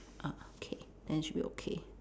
ah okay then it should be okay